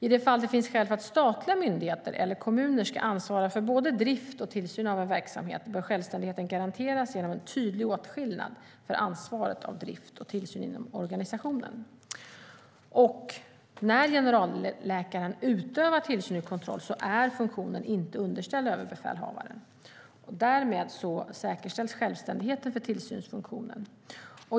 I de fall det finns skäl för att statliga myndigheter eller kommuner ska ansvara för både drift och tillsyn av en verksamhet bör självständigheten garanteras genom en tydlig åtskillnad av ansvaret för drift och tillsyn inom organisationen. När generalläkaren utövar tillsyn och kontroll är funktionen inte underställd överbefälhavaren, och därmed säkerställs självständigheten för tillsynsfunktionen.